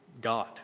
God